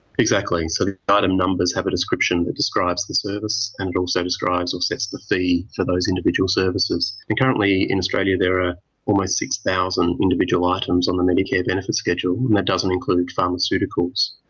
exactly. so the item numbers have a description that describes the service and it also describes or sets the fee for those individual services. currently in australia there are almost six thousand individual items on the medicare benefit schedule, and that doesn't include pharmaceuticals.